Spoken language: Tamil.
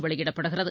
வெளியிடப்படுகிறது